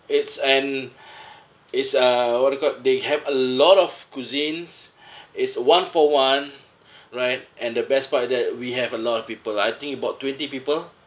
it's and it's uh what do you call they have a lot of cuisines it's one for one right and the best part that we have a lot of people I think about twenty people